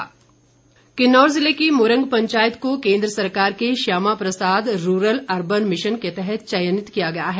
मुरंग पंचायत किन्नौर ज़िले की मूरंग पंचायत को केन्द्र सरकार के Shyama Prasad rural urban mission के तहत चयनित किया गया है